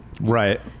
Right